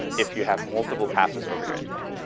if you have multiple passes over your info.